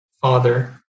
father